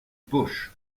poche